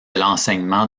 l’enseignement